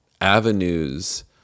avenues